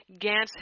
Gantz